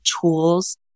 tools